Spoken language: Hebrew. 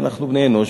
אנחנו בני-אנוש,